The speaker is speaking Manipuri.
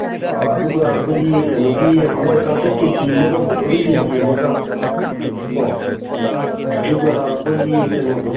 ꯑꯗꯨꯒ ꯑꯩꯈꯣꯏꯒꯤ ꯀꯩꯅꯣꯒꯤ ꯍꯋꯥꯏ ꯀꯡꯇꯛ ꯀꯦ ꯖꯤ ꯑꯃꯒ ꯃꯨꯁꯣꯔꯤ ꯀꯦ ꯖꯤ ꯑꯃꯒꯀꯣ ꯑꯗꯨꯒ ꯑꯩꯈꯣꯏꯒꯤ ꯀꯩꯅꯣꯗꯣ